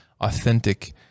authentic